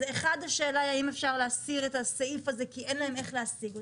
אז השאלה היא אם אפשר להסיר את הסעיף הזה כי אין להם איך להשיג אותו.